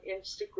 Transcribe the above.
Instagram